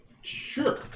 Sure